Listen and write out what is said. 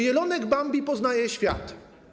Jelonek Bambi poznaje świat.